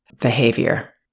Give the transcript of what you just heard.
behavior